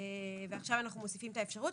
ועכשיו אנחנו מוסיפים את האפשרות,